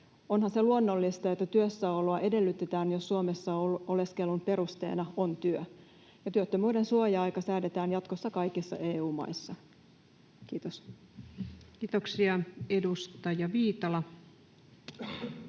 Onhan se luonnollista, että työssäoloa edellytetään, jos Suomessa oleskelun perusteena on työ. Työttömyyden suoja-aika säädetään jatkossa kaikissa EU-maissa. — Kiitos. [Speech 130]